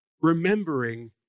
remembering